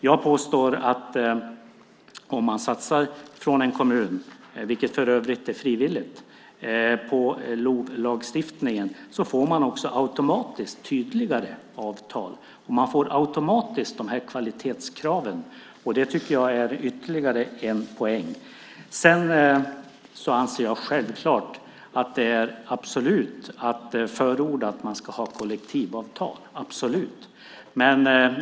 Jag påstår att om en kommun satsar på LOV, vilket för övrigt är frivilligt, får man automatiskt tydligare avtal, och man får automatiskt kvalitetskrav. Det tycker jag är ytterligare en poäng. Sedan anser jag självklart att det är absolut att förorda att man ska ha kollektivavtal - absolut.